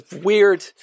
weird